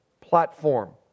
platform